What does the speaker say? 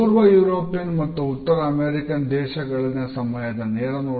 ಪೂರ್ವ ಯುರೋಪಿಯನ್ ಮತ್ತು ಉತ್ತರ ಅಮೆರಿಕನ್ ದೇಶಗಳಲ್ಲಿನ ಸಮಯದ ನೇರನೋಟ